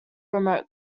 remote